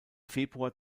februar